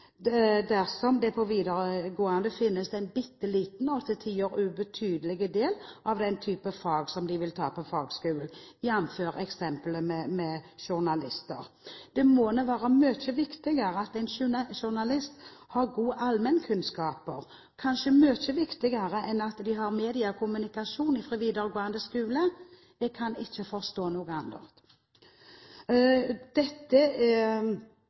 de som har fullført videregående skole, må gå enda en runde i videregående utdanning dersom det på videregående finnes en bitte liten og til tider ubetydelig del av den type fag som de vil ta på fagskolen, jf. eksempelet med journalister. Det må da være mye viktigere at en journalist har gode allmennkunnskaper, kanskje mye viktigere enn at de har media og kommunikasjon fra videregående skole. Jeg kan ikke forstå noe